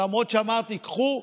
למרות שאמרתי: קחו,